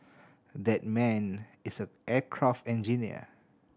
that man is a aircraft engineer